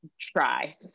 try